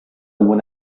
when